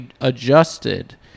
adjusted